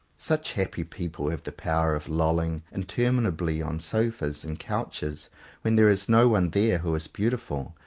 such happy people have the power of lolling interminably on sofas and couches when there is no one there who is beautiful,